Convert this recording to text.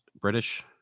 British